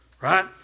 right